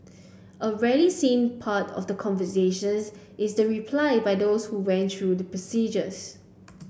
a rarely seen part of the conversations is the replies by those who went through the procedures